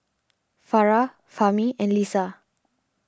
Farah Fahmi and Lisa